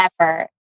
effort